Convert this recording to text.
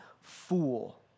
fool